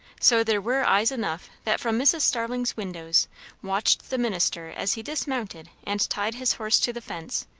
so there were eyes enough that from mrs. starling's windows watched the minister as he dismounted and tied his horse to the fence,